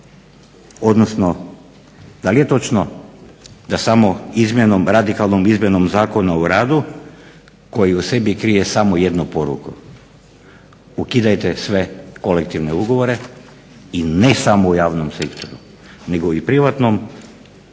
odnosno da li je točno da samo radikalnom izmjenom Zakona o radu koja u sebi krije samo jednu poruku, ukidajte sve kolektivne ugovore i ne samo u javnom sektoru nego i privatnom